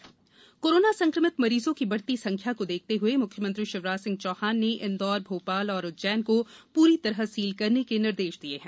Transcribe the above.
मुख्यमंत्री corona corona संक्रमित मरीजों की बढ़ती संख्या को देखते हुए मुख्यमंत्री शिवराज सिंह चौहान ने इंदौर मोपाल और उज्जैन को पूरी तरह सील करने के निर्देश दिए हैं